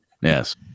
Yes